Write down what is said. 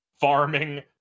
farming